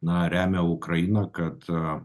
na remia ukrainą kad